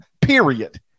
period